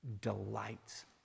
delights